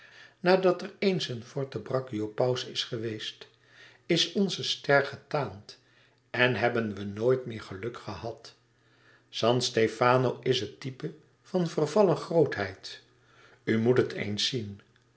nadat er eens een forte braccio paus is geweest is onze ster getaand en hebben we nooit meer geluk gehad san stefano is het type van vervallen grootheid u moet het eens zien